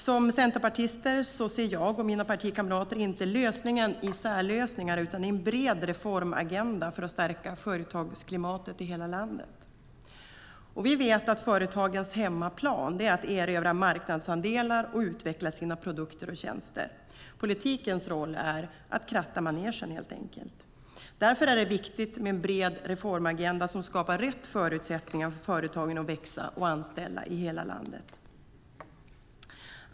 Som centerpartister ser jag och mina partikamrater inte lösningen i särlösningar utan i en bred reformagenda för att stärka företagsklimatet i hela landet. Vi vet att företagens hemmaplan är att erövra marknadsandelar och utveckla sina produkter och tjänster. Politikens roll är att kratta manegen, helt enkelt. Därför är det viktigt med en bred reformagenda som skapar rätt förutsättningar för företagen att växa och anställa i hela landet.